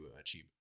achieve